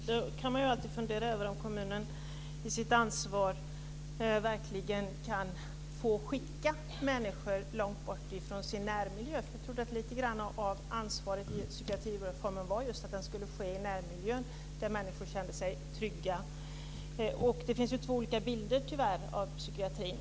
Herr talman! Man kan alltid fundera över om kommunen med sitt ansvar verkligen kan få skicka människor långt bort från deras närmiljö, för jag trodde att lite grann av ansvaret i psykiatrireformen var att vården skulle ske i närmiljön där människor känner sig trygga. Det finns två olika bilder, tyvärr, av psykiatrin.